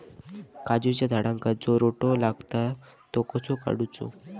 काजूच्या झाडांका जो रोटो लागता तो कसो काडुचो?